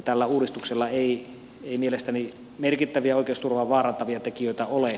tällä uudistuksella ei mielestäni merkittäviä oikeusturvaa vaarantavia tekijöitä ole